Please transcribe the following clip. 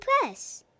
Press